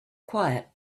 quiet